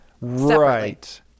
Right